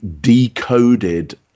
decoded